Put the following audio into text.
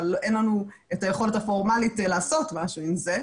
אבל אין לנו את היכולת הפורמלית לעשות משהו עם זה.